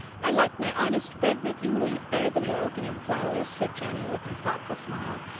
i like my honest breadmaking wheat better than your opium flowers, said jenny, with her thoughtful smile,